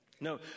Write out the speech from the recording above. No